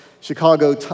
Chicago